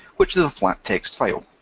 which is a flat text file,